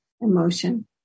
emotion